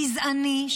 גזעני,